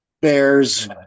bears